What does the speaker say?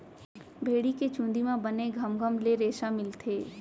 भेड़ी के चूंदी म बने घमघम ले रेसा मिलथे